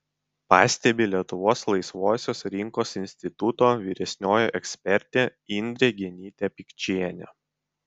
pastebi lietuvos laisvosios rinkos instituto vyresnioji ekspertė indrė genytė pikčienė